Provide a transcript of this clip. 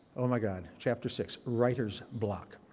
oh my god, chapter six. writer's block.